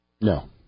No